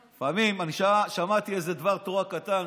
חברים, אני שמעתי איזה דבר תורה קטן,